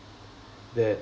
that